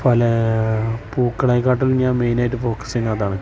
പല പൂക്കളെക്കാളും ഞാൻ മെയിനായിട്ട് ഫോക്കസ് ചെയ്യുന്ന അതാണ്